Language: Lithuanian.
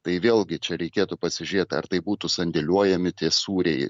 tai vėlgi čia reikėtų pasižėt ar tai būtų sandėliuojami tie sūriai